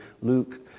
Luke